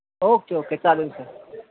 okay okay चालेल sir